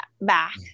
back